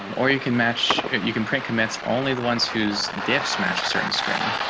um or you can match you can print commits only the ones, who's deaf smashes certain string.